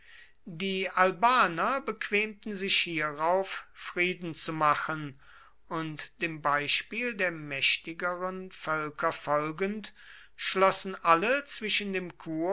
die albaner bequemten sich hierauf frieden zu machen und dem beispiele der mächtigeren völker folgend schlossen alle zwischen dem